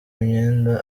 imyenda